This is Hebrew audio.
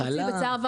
מחלה.